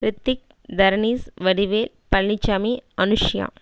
Hrithik Tharneesh Vadivel Palanisamy Anushiya